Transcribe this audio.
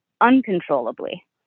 uncontrollably